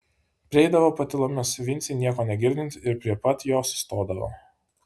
prieidavo patylomis vincei nieko negirdint ir prie pat jo sustodavo